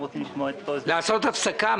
לעשות הפסקה?